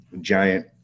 giant